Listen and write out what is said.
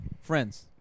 Friends